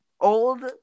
old